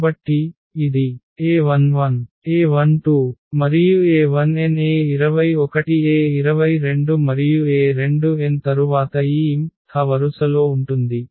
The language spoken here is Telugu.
కాబట్టి ఇది a11 a12 మరియు a1n a21 a22 మరియు a2n తరువాత ఈ m th వరుసలో ఉంటుంది